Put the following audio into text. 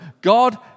God